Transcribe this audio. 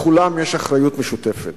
לכולם יש אחריות משותפת.